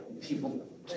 people